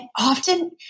often